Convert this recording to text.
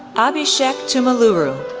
ah abhishek tumuluru,